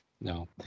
no